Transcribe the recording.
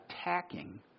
attacking